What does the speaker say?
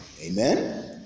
Amen